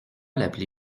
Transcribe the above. l’appeler